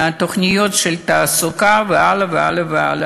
יש תוכניות של תעסוקה והלאה והלאה והלאה.